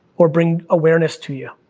or bring awareness to you,